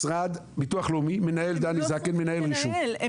ביטוח לאומי, דני זקן מנהל רישום כזה.